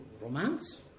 romance